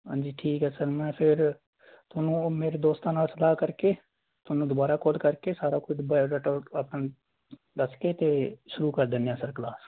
ਹਾਂਜੀ ਠੀਕ ਹੈ ਸਰ ਮੈਂ ਫਿਰ ਤੁਹਾਨੂੰ ਉਹ ਮੇਰੇ ਦੋਸਤਾਂ ਨਾਲ ਸਲਾਹ ਕਰਕੇ ਤੁਹਾਨੂੰ ਦੁਬਾਰਾ ਕੋਲ ਕਰਕੇ ਸਾਰਾ ਕੁਝ ਬਾਇਓਡਾਟਾ ਆਪਣਾ ਦੱਸ ਕੇ ਅਤੇ ਸ਼ੁਰੂ ਕਰ ਦਿੰਦੇ ਹਾਂ ਸਰ ਕਲਾਸ